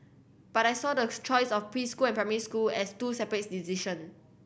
but I saw the choice of preschool and primary school as two separate decision